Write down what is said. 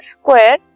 square